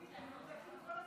בבקשה,